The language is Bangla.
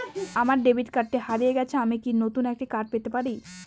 আমার ডেবিট কার্ডটি হারিয়ে গেছে আমি কি নতুন একটি কার্ড পেতে পারি?